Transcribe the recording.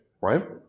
right